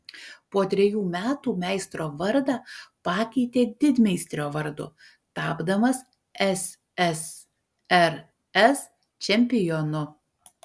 po trejų metų meistro vardą pakeitė didmeistrio vardu tapdamas ssrs čempionu